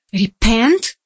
repent